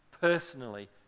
personally